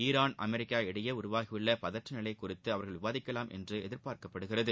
Iran America இடையே உருவாகியுள்ள பதற்ற நிலை குறித்து அவர்கள் விவாதிக்கலாம் என்று எதிர்பார்க்கப்படுகிறது